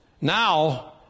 now